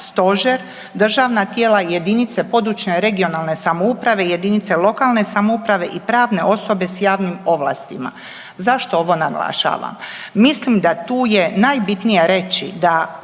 stožer, državna tijela i jedinice područne i regionalne samouprave, jedinice lokalne samouprave i pravne osobe s javnim ovlastima. Zašto ovo naglašavam? Mislim da tu je najbitnije reći da